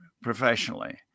professionally